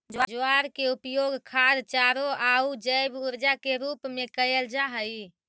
ज्वार के उपयोग खाद्य चारों आउ जैव ऊर्जा के रूप में कयल जा हई